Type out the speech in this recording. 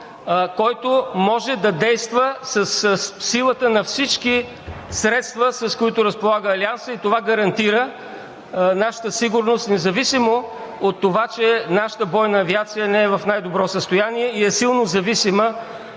който може да действа със силата на всички средства, с които разполага Алиансът. Това гарантира нашата сигурност, независимо от това, че нашата бойна авиация не е в най-добро състояние и е силно зависима